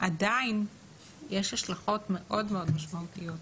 עדיין יש לזה השלכות מאוד מאוד משמעותיות.